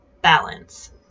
balance